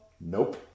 Nope